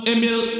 Emil